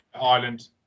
Ireland